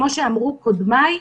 כמו שאמרו קודמיי,